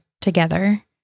together